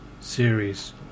series